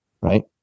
Right